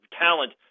talent